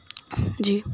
جی